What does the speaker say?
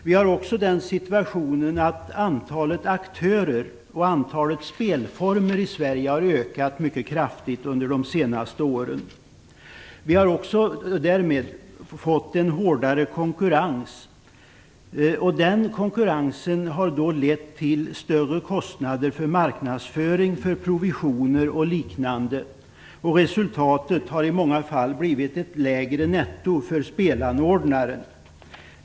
Situationen är den att antalet aktörer och antalet spelformer i Sverige har ökat mycket kraftigt under de senaste åren. Därmed har konkurrensen blivit hårdare, och det har lett till större kostnader för marknadsföring, provisioner och liknande. Resultatet har i många fall blivit ett lägre netto för spelanordnare.